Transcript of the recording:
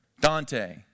Dante